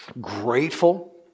grateful